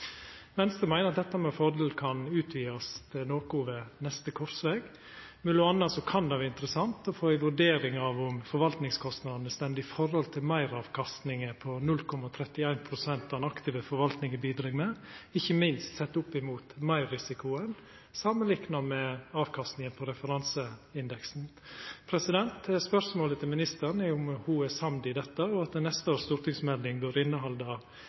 Venstre meiner at dette med fordel kan utvidast noko ved neste korsveg. Mellom anna kan det vera interessant å få ei vurdering av om forvaltningskostnadene står i forhold til meiravkastningar på 0,31 pst. av det den aktive forvaltninga bidreg med, ikkje minst sett opp mot meirrisikoen samanlikna med avkastninga på referanseindeksen. Spørsmålet til ministeren er om ho er samd i dette, og i at neste års stortingsmelding bør innehalda